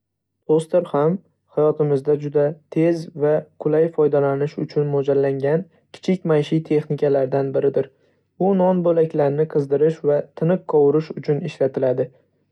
Toster ham hayotimizda juda tez va qulay foydalanish uchun mo'ljallangan kichik maishiy texnikalardan biridir. U non bo‘laklarini qizdirish va tiniq qovurish uchun ishlatiladi.